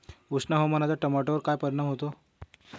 उष्ण हवामानाचा टोमॅटोवर काय परिणाम होतो?